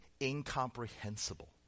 incomprehensible